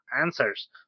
answers